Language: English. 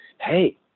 Hey